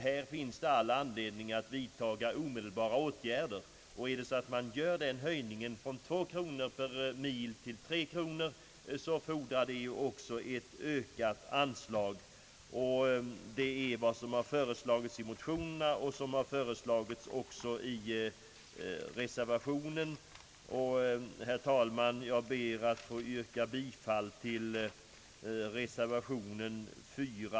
Det finns här all anledning att vidtaga omedelbara åtgärder. En höjning från 2 kronor till 3 kronor per mil fordrar också ett ökat anslag, och det är vad som har föreslagits i våra motioner liksom i reservationen. Herr talman! Jag ber att få yrka bifall till reservation a.